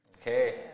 okay